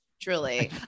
Truly